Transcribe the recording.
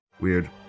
Weird